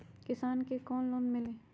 किसान के लोन कैसे मिली?